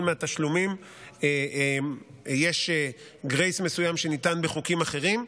מהתשלומים יש גרייס מסוים שניתן בחוקים אחרים,